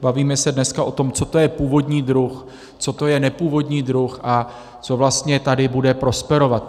Bavíme se dneska o tom, co to je původní druh, co to je nepůvodní druh a co vlastně tady bude v lesích prosperovat.